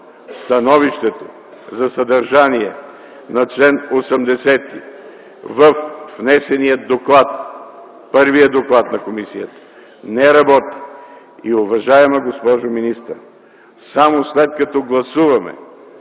становището за съдържание на чл. 80 във внесения доклад (първия доклад на комисията) не работи. Уважаема госпожо министър, само след като гласуваме